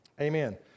amen